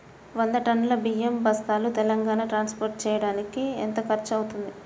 వంద టన్నులు బియ్యం బస్తాలు తెలంగాణ ట్రాస్పోర్ట్ చేయటానికి కి ఎంత ఖర్చు అవుతుంది?